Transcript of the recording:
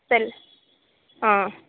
ಹಾಂ